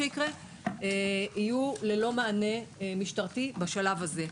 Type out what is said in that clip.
47 מוקדים יהיו ללא מענה משטרתי בשלב הזה.